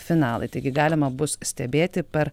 finalai taigi galima bus stebėti per